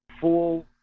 full